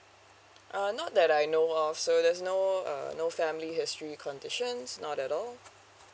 uh not that I know of so there's no uh no family history conditions not at all